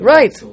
Right